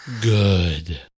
Good